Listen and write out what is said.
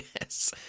Yes